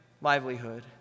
livelihood